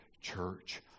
Church